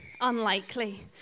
unlikely